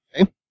Okay